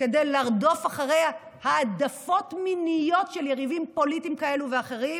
כדי לרדוף אחרי העדפות מיניות של יריבים פוליטיים כאלה ואחרים,